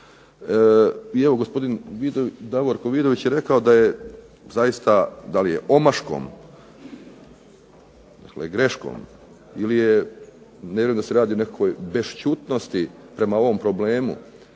I evo gospodin Davorko Vidović je rekao da je zaista da li je omaškom, dakle greškom, ne vjerujem da se radi o nekakvoj bešćutnosti prema ovom problemu